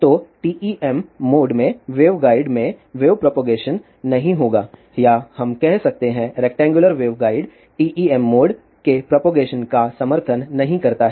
तो TEM mode में waveguide में वेव प्रोपगेशन नहीं होगा या हम कह सकते हैं रेक्टैंगुलर वेवगाइड TEM मोड के प्रोपगेशन का समर्थन नहीं करता है